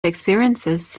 experiences